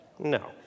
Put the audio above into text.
No